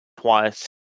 twice